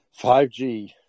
5G